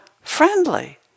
friendly